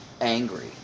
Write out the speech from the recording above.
angry